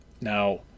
Now